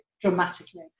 dramatically